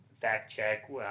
fact-check